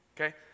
Okay